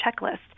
checklist